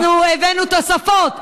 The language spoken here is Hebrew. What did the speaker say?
אנחנו הבאנו תוספות,